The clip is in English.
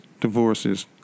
divorces